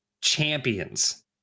Champions